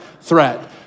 threat